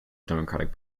democratic